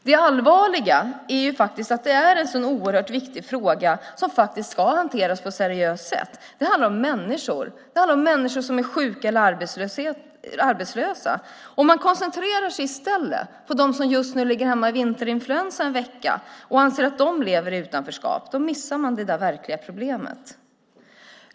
Det allvarliga är att det är en så oerhört viktig fråga som ska hanteras på ett seriöst sätt. Det handlar om människor. Det handlar om människor som är sjuka eller arbetslösa. Om man i stället koncentrerar sig på dem som just nu ligger hemma i vinterinfluensa en vecka och anser att de lever i utanförskap missar man det verkliga problemet.